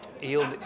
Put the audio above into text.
yield